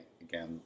again